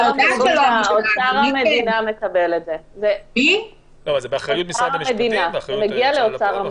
אוצר המדינה מקבל את זה, זה מגיע לאוצר המדינה.